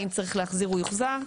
אם צריך להחזיר הוא יוחזר,